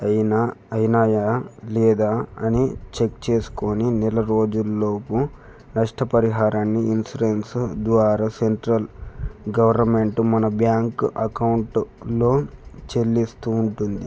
అయినా అయినాయా లేదా అని చెక్ చేసుకోని నెల రోజుల్లోపు నష్టపరిహారాన్ని ఇన్సూరెన్స్ ద్వారా సెంట్రల్ గవర్నమెంటు మన బ్యాంక్ అకౌంట్లో చెల్లిస్తూ ఉంటుంది